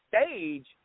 stage